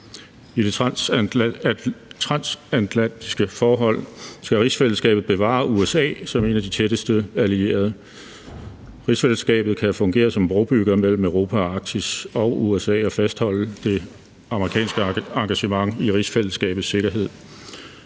I det transatlantiske forhold til rigsfællesskabet bevares USA som et af de tætteste allierede. Rigsfællesskabet kan fungere som brobygger mellem Europa, Arktis og USA og fastholde det amerikanske engagement i rigsfællesskabets sikkerhed.